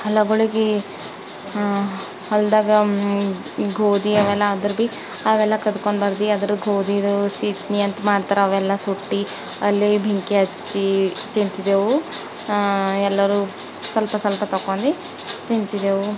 ಹೊಲಗಳಿಗೆ ಹೊಲ್ದಾಗ ಗೋಧಿ ಅವೆಲ್ಲ ಆದ್ರೆ ಬಿ ಅವೆಲ್ಲ ಕದ್ಕೊಂಡು ಬರ್ದಿ ಅದ್ರ ಗೋಧಿದು ಸಿಟ್ನಿ ಅಂತ ಮಾಡ್ತಾರ ಅವೆಲ್ಲ ಸುಟ್ಟಿ ಅಲ್ಲೇ ಬೆಂಕಿ ಹಚ್ಚಿ ತಿಂತಿದ್ದೆವು ಎಲ್ಲರೂ ಸ್ವಲ್ಪ ಸ್ವಲ್ಪ ತಗೊಂಡು ತಿಂತಿದ್ದೆವು